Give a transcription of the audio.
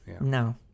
No